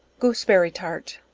gooseberry tart.